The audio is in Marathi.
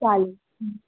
चालेल